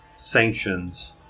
Sanctions